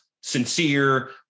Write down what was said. sincere